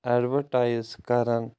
advertise کَران